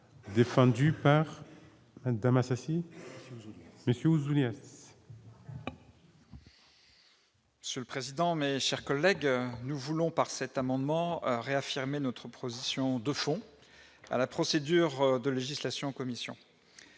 défendue par Damas si monsieur Ouzoulias. Seul président mais, chers collègues, nous voulons par cet amendement réaffirmer notre proposition de fonds à la procédure de législation commission